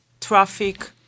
traffic